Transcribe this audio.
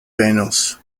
venos